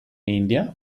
india